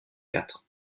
quatre